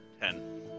Ten